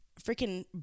Freaking